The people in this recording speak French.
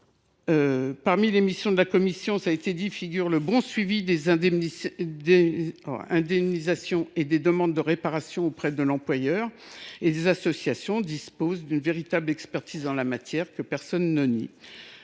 Parmi les missions de la commission figure le bon suivi des indemnisations et des demandes de réparation auprès de l’employeur. Les associations disposent d’une véritable expertise en la matière, que personne ne